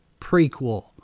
prequel